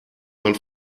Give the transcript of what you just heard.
man